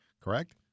correct